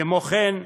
כמו כן,